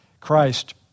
Christ